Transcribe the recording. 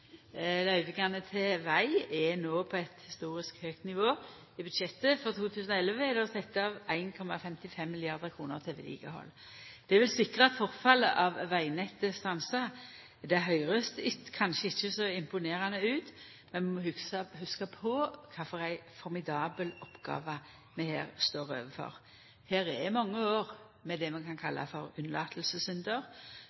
Løyvingane til veg er no på eit historisk høgt nivå. I budsjettet for 2011 er det sett av 1,55 mrd. kr til vedlikehald. Det vil sikra at forfallet på vegnettet stansar. Det høyrest kanskje ikkje så imponerande ut, men vi må hugsa på kva for ei formidabel oppgåve vi her står overfor. Her er mange år med det vi kan